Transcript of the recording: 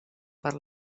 per